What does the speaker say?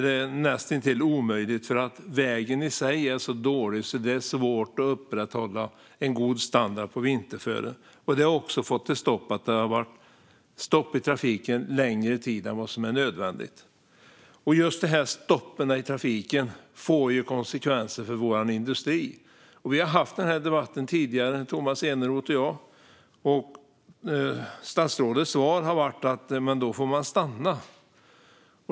Det är näst intill omöjligt, eftersom vägen i sig är så dålig att det är svårt att upprätthålla god standard på vinterföre. Det har också fått till följd att det har varit stopp i trafiken längre tid än vad som är nödvändigt. Just stoppen i trafiken får konsekvenser för vår industri. Tomas Eneroth och jag har haft den debatten tidigare. Statsrådets svar har varit: Då får man stanna.